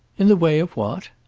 in the way of what?